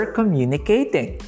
communicating